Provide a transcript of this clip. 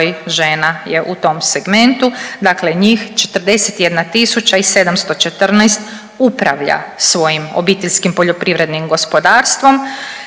žena je u tom segmentu. Dakle, njih 41.714 upravlja svojim obiteljskim poljoprivrednim gospodarstvom.